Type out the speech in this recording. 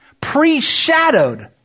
pre-shadowed